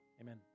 Amen